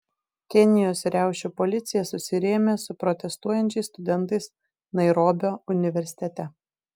kenijos riaušių policija susirėmė su protestuojančiais studentais nairobio universitete